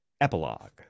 Epilogue